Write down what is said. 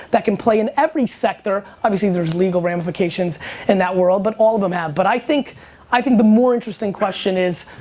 can play in every sector. obviously there's legal ramifications in that world, but all of them have but i think i think the more interesting question is,